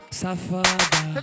safada